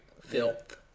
filth